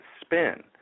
spin